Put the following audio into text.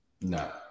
No